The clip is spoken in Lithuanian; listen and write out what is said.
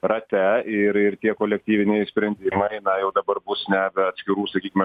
rate ir ir tie kolektyviniai sprendimai na jau dabar bus nebe atskirų sakykime